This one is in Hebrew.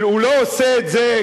והוא לא עושה את זה,